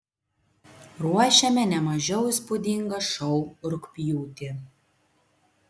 ruošiame ne mažiau įspūdingą šou rugpjūtį